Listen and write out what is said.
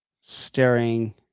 Staring